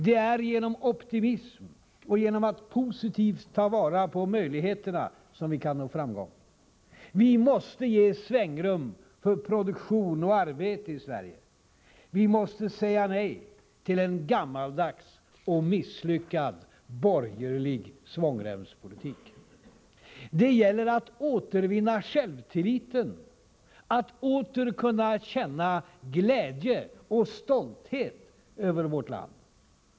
Det är genom optimism och genom att positivt ta vara på möjligheterna som vi kan nå framgång. Vi måste våga ge svängrum för produktion och arbete. Vi måste säga nej till gammaldags och misslyckad borgerlig svångremspolitik. Det gäller att återvinna självtilliten, att åter kunna känna glädje och stolthet över vårt land.